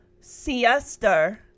siesta